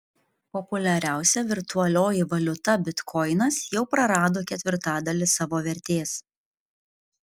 populiariausia virtualioji valiuta bitkoinas jau prarado ketvirtadalį savo vertės